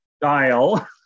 dial